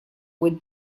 would